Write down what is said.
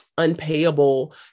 unpayable